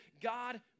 God